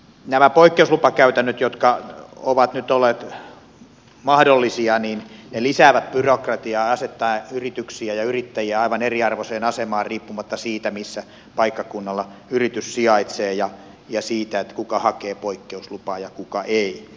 nämä poikkeuslupakäytännöt jotka ovat nyt olleet mahdollisia lisäävät byrokratiaa ja asettavat yrityksiä ja yrittäjiä aivan eriarvoiseen asemaan riippuen siitä millä paikkakunnalla yritys sijaitsee ja siitä kuka hakee poikkeuslupaa ja kuka ei